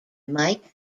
mike